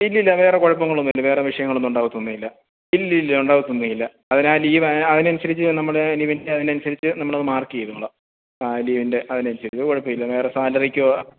ഇല്ല ഇല്ല വേറെ കുഴപ്പങ്ങളൊന്നും ഇല്ല വേറെ വിഷയങ്ങളൊന്നും ഉണ്ടാകില്ല ഇല്ല ഇല്ല ഉണ്ടാകത്തൊന്നുമില്ല അതിന് ആ ലീവ് അതിന് അനുസരിച്ചു നമ്മൾ നിവിന്റെ അതിന് അനുസരിച്ചു നമ്മൾ അത് മാര്ക്ക് ചെയ്തോളാം ആ ലീവിന്റെ അതിന് അനുസരിച്ചു അത് കുഴപ്പമില്ല വേറെ സാലറിക്കോ